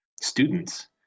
students